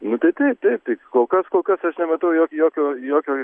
nu tai taip taip tai kol kas kol kas aš nematau jo jokio jokio